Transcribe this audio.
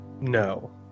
no